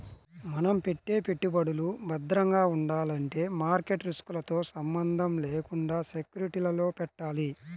మనం పెట్టే పెట్టుబడులు భద్రంగా ఉండాలంటే మార్కెట్ రిస్కులతో సంబంధం లేకుండా సెక్యూరిటీలలో పెట్టాలి